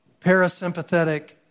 parasympathetic